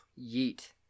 Yeet